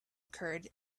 occurred